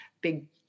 big